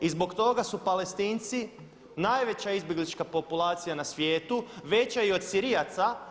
I zbog toga su Palestinci najveća izbjeglička populacija na svijetu, veća i od Sirijaca.